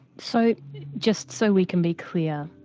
so just so we can be clear,